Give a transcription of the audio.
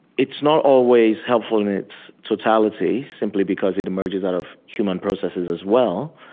it's not always helpful in its totality, simply because it emerges out of human processes as well,